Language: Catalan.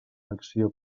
acció